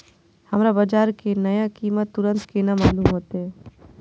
हमरा बाजार के नया कीमत तुरंत केना मालूम होते?